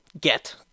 get